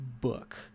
book